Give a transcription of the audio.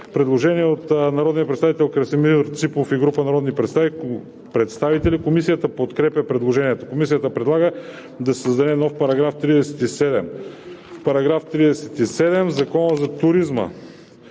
Предложение от народния представител Красимир Ципов и група народни представители. Комисията подкрепя предложението. Комисията предлага да се създаде нов § 37: „§ 37. В Закона за туризма